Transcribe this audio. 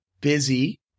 busy